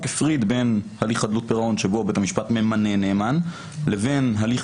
הפריד בין הליך חדלות פירעון בו בית המשפט ממנה נאמן לבין הליך